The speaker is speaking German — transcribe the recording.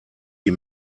die